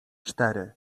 cztery